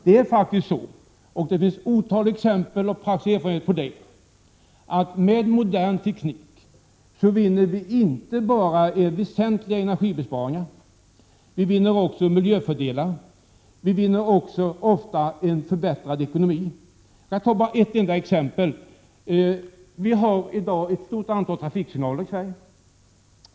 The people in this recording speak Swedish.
Det är faktiskt så — det finns otaliga exempel på det och praktisk erfarenhet av det — att vi med modern teknik vinner inte bara väsentliga energibesparingar utan också miljöfördelar, ofta också en förbättrad ekonomi. Jag skall ta bara ett enda exempel. Vi har i dag ett stort antal trafiksignaler i Sverige.